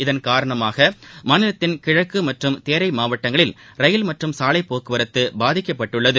இதன் காரணமாக மாநிலத்தின் கிழக்கு மற்றும் தேரை மாவட்டங்களில் ரயில் மற்றும் சாலைப் போக்குவரத்து பாதிக்கப்பட்டுள்ளது